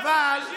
עוד אחד?